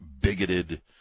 bigoted